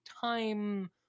time